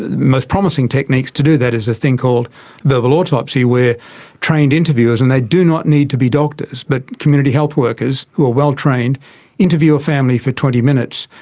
most promising techniques to do that is a thing called verbal autopsy where trained interviewers, and they do not need to be doctors, but community health workers who are well trained interview a family for twenty minutes,